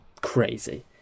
Crazy